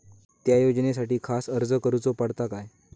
त्या योजनासाठी खास अर्ज करूचो पडता काय?